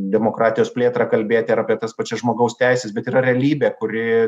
demokratijos plėtrą kalbėti ir apie tas pačias žmogaus teises bet yra realybė kuri